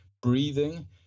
breathing